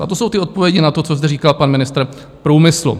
A to jsou ty odpovědi na to, co zde říkal pan ministr průmyslu.